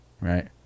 right